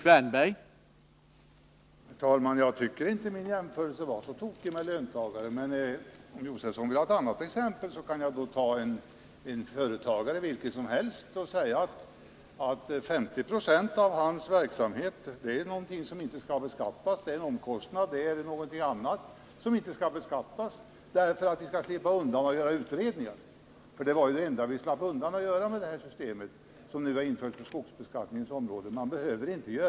Herr talman! Jag tycker inte att min jämförelse med JÖRLSAA var så tokig. Om Stig Josefson vill ha ett annat exempel kan jag ta en företagare — vilken som helst — och säga att 50 26 av inkomsterna från hans verksamhet är någonting som inte skall beskattas; det är en omkostnad eller någonting annat som inte beskattas, bara därför att vi skall slippa göra utredningar. Att man slapp göra utredningar var det enda man uppnådde när man införde det system som vi nu har på skogsbeskattningens område.